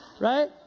right